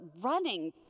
running